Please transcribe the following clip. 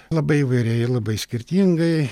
labai įvairiai ir labai skirtingai